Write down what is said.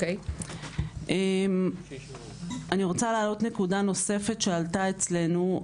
אני רוצה להעלות נקודה נוספת שעלתה אצלנו.